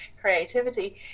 creativity